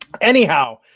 Anyhow